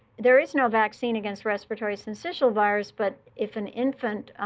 there is no vaccine against respiratory syncytial virus. but if an infant